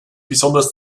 besonders